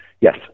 yes